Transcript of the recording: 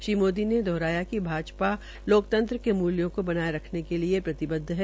श्री मोदी ने दोहाराया कि भाजपा लोकतंत्र के मुल्यों को बनाये रखने के लिये प्रतिबदव है